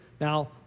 Now